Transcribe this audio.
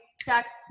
sex